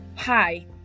Hi